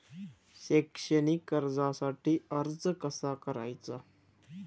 शैक्षणिक कर्जासाठी अर्ज कसा करायचा?